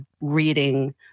reading